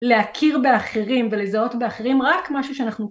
להכיר באחרים ולזהות באחרים רק משהו שאנחנו